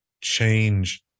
change